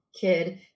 kid